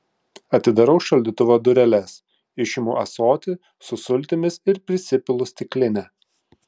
atidarau šaldytuvo dureles išimu ąsotį su sultimis ir prisipilu stiklinę